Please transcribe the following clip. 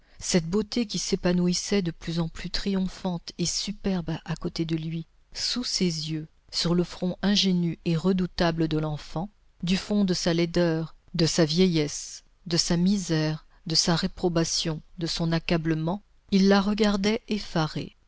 cette beauté qui s'épanouissait de plus en plus triomphante et superbe à côté de lui sous ses yeux sur le front ingénu et redoutable de l'enfant du fond de sa laideur de sa vieillesse de sa misère de sa réprobation de son accablement il la regardait effaré